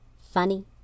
funny